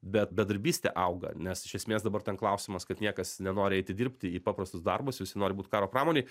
bet bedarbystė auga nes iš esmės dabar ten klausimas kad niekas nenori eiti dirbti į paprastus darbus visi nori būti karo pramonėj